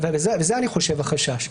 ואני חושב שזה החשש.